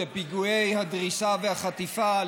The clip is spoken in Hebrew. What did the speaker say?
לפיגועי הדריסה והחטיפה,